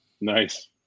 Nice